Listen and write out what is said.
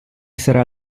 essere